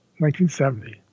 1970